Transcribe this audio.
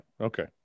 Okay